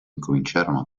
incominciarono